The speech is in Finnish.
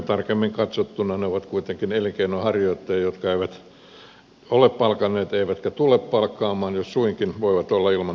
tarkemmin katsottuna ne ovat kuitenkin elinkeinonharjoittajia jotka eivät ole palkanneet eivätkä tule palkkaamaan jos suinkin voivat olla ilman ulkopuolista työvoimaa